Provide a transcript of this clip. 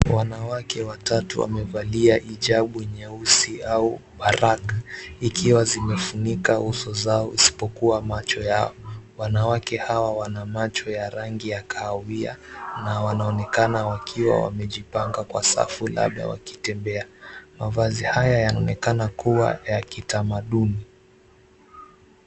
Wanawake watatu wamevalia hijabu nyeusi au marak. Ikiwa zimefunikwa uso zao isipokuwa macho yao. Wanawake hawa wana macho ya rangi ya kahawia na wanaonekana wakiwa wamejipaka kwa safu labda wakitembea. Mavazi haya yanaonekana kuwa ya kitamaduni.